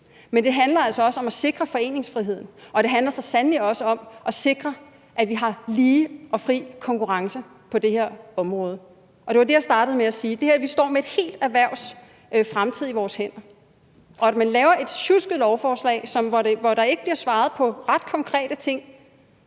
men det handler altså også om at sikre foreningsfriheden, og det handler så sandelig også om at sikre, at vi har lige og fri konkurrence på det her område. Og det var det, jeg startede med at sige. Det her med, at vi står med et helt erhvervs fremtid i vores hænder og man så laver et sjusket lovforslag, hvor der ikke bliver svaret på ret konkrete ting,